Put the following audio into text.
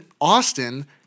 Austin